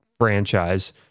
Franchise